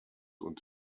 und